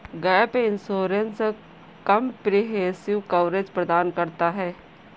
gap insurance comprehensive coverage प्रदान करता है